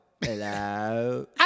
hello